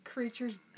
Creatures